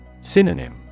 Synonym